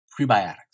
prebiotics